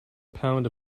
pound